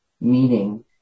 meaning